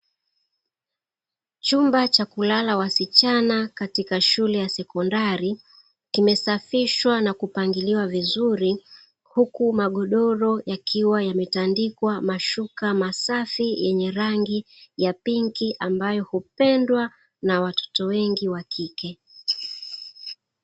Chumba cha kulala wasichana katika shule ya sekondari, kimesafishwa na kupangiliwa vizuri, huku magodoro yakiwa yametandikwa mashuka masafi yenye rangi ya pinki ambayo hupendwa na watoto wengi wa kike.